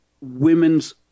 women's